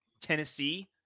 Tennessee